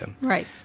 Right